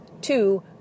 two